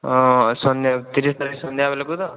ହଁ ସନ୍ଧ୍ୟା ତିରିଶ ତାରିଖ ସନ୍ଧ୍ୟା ବେଳକୁ ତ